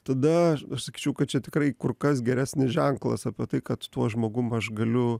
tada aš sakyčiau kad čia tikrai kur kas geresnis ženklas apie tai kad tuo žmogum aš galiu